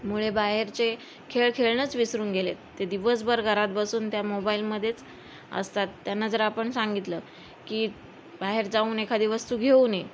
मुले बाहेरचे खेळ खेळणंच विसरून गेले आहेत ते दिवसभर घरात बसून त्या मोबाईलमध्येच असतात त्यांना जर आपण सांगितलं की बाहेर जाऊन एखादी वस्तू घेऊन ये